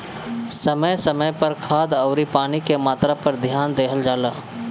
समय समय पर खाद अउरी पानी के मात्रा पर ध्यान देहल जला